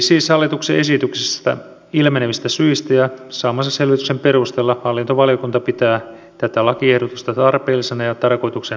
siis hallituksen esityksestä ilmenevistä syistä ja saamansa selvityksen perusteella hallintovaliokunta pitää tätä lakiehdotusta tarpeellisena ja tarkoituksenmukaisena